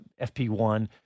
FP1